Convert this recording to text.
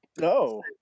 No